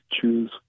choose